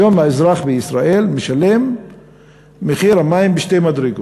היום האזרח בישראל משלם את מחיר המים בשתי מדרגות.